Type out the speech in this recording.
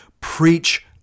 Preach